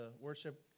worship